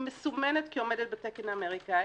היא מסומנת כעומדת בתקן האמריקאי.